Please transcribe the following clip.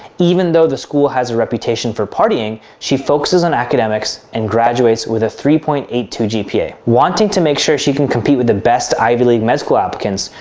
even though the school has a reputation for partying, she focuses on academics and graduates with a three point eight two gpa, wanting to make sure she can compete with the best ivy league school applicants.